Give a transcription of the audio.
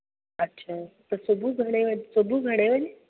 अच्छा त सुबुहु घणे वजे सुबुहु घणे वजे